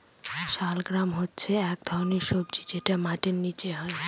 শালগাম হচ্ছে এক ধরনের সবজি যেটা মাটির নীচে হয়